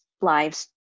lives